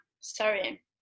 Sorry